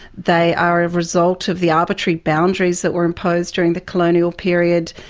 they are a result of the arbitrary boundaries that were imposed during the colonial period,